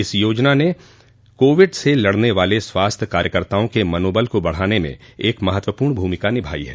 इस योजना ने कोविड से लड़ने वाले स्वास्थ्य कार्यकर्ताओं के मनोबल को बढ़ाने में एक महत्वपूर्ण भूमिका निभाई है